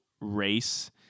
race